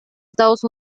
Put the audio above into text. estados